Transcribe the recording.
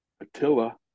Attila